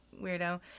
weirdo